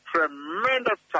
Tremendous